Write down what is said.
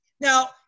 now